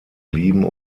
lieben